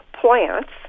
plants